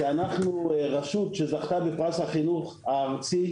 כי אנחנו רשות שזכתה בפרס החינוך הארצי,